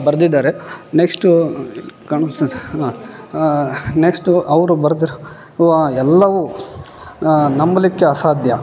ಬರ್ದಿದ್ದಾರೆ next comes next ಅವ್ರು ಬರ್ದಿರ್ ವ ಎಲ್ಲವೂ ನಂಬಲ್ಲಿಕ್ಕೆ ಅಸಾಧ್ಯ